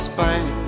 Spain